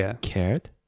cared